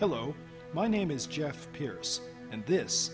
hello my name is jeff pierce and this